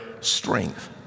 strength